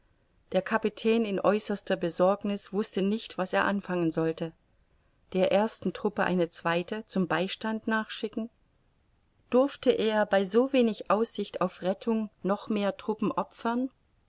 der kapitän in äußerster besorgniß wußte nicht was er anfangen sollte der ersten truppe eine zweite zum beistand nachschicken durste er bei so wenig aussicht auf rettung noch mehr truppen opfern